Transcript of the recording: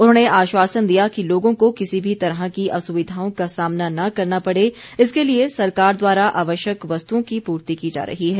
उन्होंने आश्वासन दिया कि लोगों को किसी भी तरह की असुविधाओं का सामना न करना पड़े इसके लिए सरकार द्वारा आवश्यक वस्तुओं की पूर्ति की जा रही है